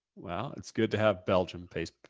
well, it's good to have belgium